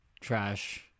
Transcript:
trash